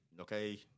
okay